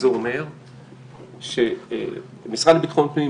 זה אומר שהמשרד לביטחון הפנים,